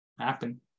happen